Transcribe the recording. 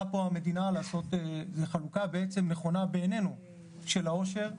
זו חלוקה נכונה בעינינו של העושר.